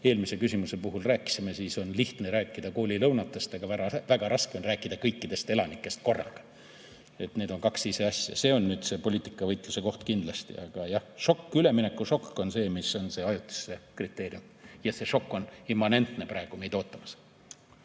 eelmise küsimuse puhul rääkisime, lihtne on rääkida koolilõunatest, aga väga raske on rääkida kõikidest elanikest korraga. Need on kaks ise asja. See on kindlasti poliitikavõitluse koht. Aga jah, üleminekušokk on see ajutisuse kriteerium. Ja see šokk on immanentne ja praegu meid ootamas.